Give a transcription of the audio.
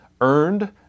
earned